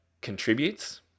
contributes